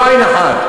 לא עין אחת.